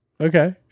Okay